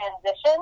transition